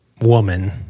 woman